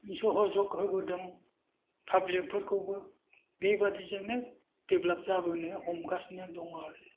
सहजग होबोदों पाब्लिक फोरखौबो बेबादिजोंनो देभेलप्त जाबोनो हमगासिनो दं आरो